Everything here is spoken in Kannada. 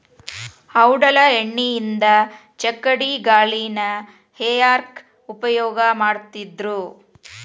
ಔಡಲ ಎಣ್ಣಿಯಿಂದ ಚಕ್ಕಡಿಗಾಲಿನ ಹೇರ್ಯಾಕ್ ಉಪಯೋಗ ಮಾಡತ್ತಿದ್ರು